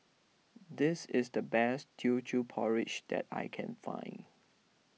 this is the best Teochew Porridge that I can find